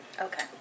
Okay